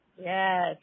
yes